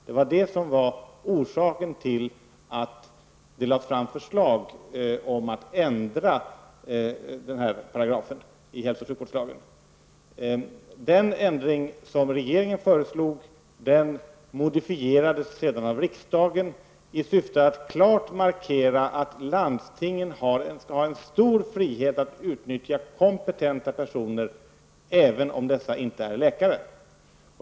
Det var orsaken till att det lades fram förslag om att ändra den här paragrafen i hälso och sjukvårdslagen. Den ändring som regeringen föreslog modifierades av riksdagen i syfte att klart markera att landstingen skall ha en stor frihet att utnyttja kompetenta personer även om dessa inte är läkare.